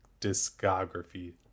discography